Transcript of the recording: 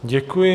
Děkuji.